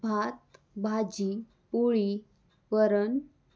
भात भाजी पोळी वरण